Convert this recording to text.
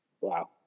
Wow